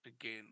again